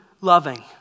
loving